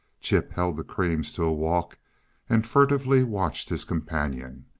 chip held the creams to a walk and furtively watched his companion.